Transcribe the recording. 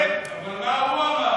אבל מה הוא אמר?